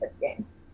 games